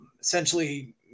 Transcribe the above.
essentially